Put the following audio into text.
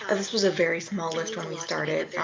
ah this was a very small list when we started.